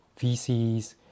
VCs